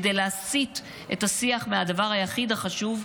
כדי להסיט את השיח מהדבר היחיד החשוב,